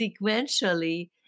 sequentially